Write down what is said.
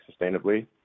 sustainably